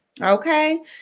Okay